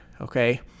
okay